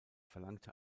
verlangte